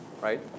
right